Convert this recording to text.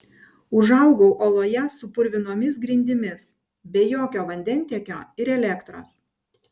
užaugau oloje su purvinomis grindimis be jokio vandentiekio ir elektros